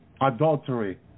adultery